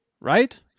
right